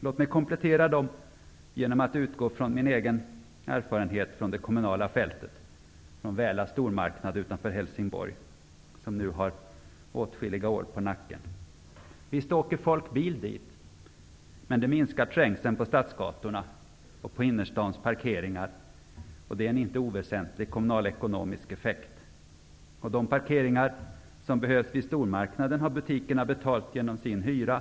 Låt mig komplettera dem genom att utgå från mina egna erfarenheter från det kommunala fältet -- från Väla stormaknad utanför Helsingborg, som nu har åtskilliga år på nacken. Visst åker folk bil dit. Men det minskar trängseln på stadsgatorna och på innerstadens parkeringar. Det är en inte oväsentlig kommunalekonomisk effekt. De parkeringar som behövs vid stormarknaderna har butikerna betalat genom sin hyra.